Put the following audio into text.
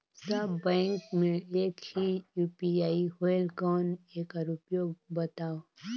सब bank मे एक ही यू.पी.आई होएल कौन एकर उपयोग बताव?